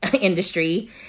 industry